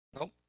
Nope